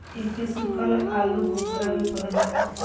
एके सुखल आलूबुखारा भी कहल जाला